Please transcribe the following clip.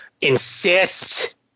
insist